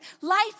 life